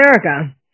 America